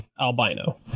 albino